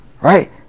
Right